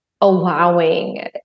allowing